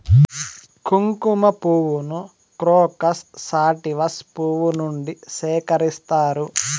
కుంకుమ పువ్వును crocus sativus పువ్వు నుండి సేకరిస్తారు